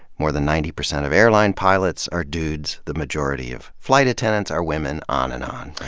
more than ninety percent of airline pilots are dudes, the majority of flight attendants are women. on and on.